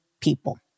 people